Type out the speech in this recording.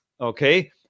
okay